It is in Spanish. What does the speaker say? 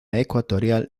ecuatorial